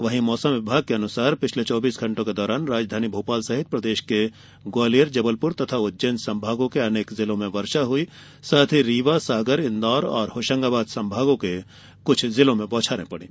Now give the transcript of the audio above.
वहीं मौसम विभाग के अनुसार पिछले चौबीस घण्टों के दौरान राजधानी भोपाल सहित प्रदेश के ग्वालियर जबलपुर तथा उज्जैन संभोगों के अनेक जिलों में वर्षा हुई साथ ही रीवा सागर इंदौर और होशंगाबाद संभागों के कुछ जिलों में बौछारें पड़ी